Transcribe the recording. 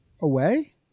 away